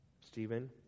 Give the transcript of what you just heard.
stephen